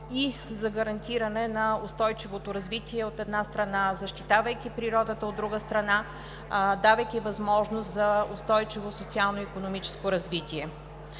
и за гарантиране на устойчивото развитие, от една страна, защитавайки природата, от друга страна, давайки възможност за устойчиво социално-икономическо развитие.